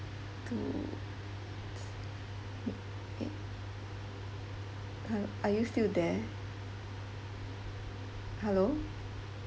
to hi are you still there hello